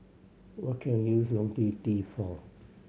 what can use Ionil T for